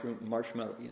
marshmallow